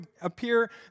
appear